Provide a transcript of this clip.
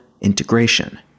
integration